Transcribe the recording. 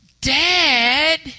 Dad